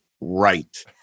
right